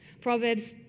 Proverbs